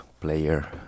player